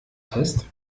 fest